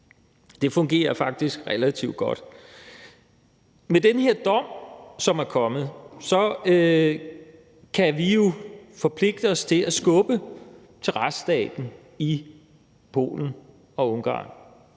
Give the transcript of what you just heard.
Det fungerer faktisk relativt godt. Med den her dom, som er kommet, kan vi jo forpligte os til at skubbe til retsstaten i Polen og Ungarn.